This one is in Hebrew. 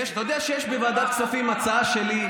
אתה יודע שיש בוועדת הכספים הצעה שלי,